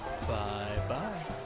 Bye-bye